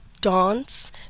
dance